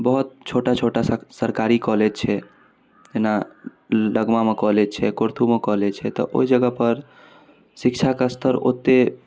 बहुत छोटा छोटा सरकारी कॉलेज छै जेना लगमामे कॉलेज छै कुरथुमे कॉलेज छै तऽ ओहि जगहपर शिक्षाके अस्तर ओतेक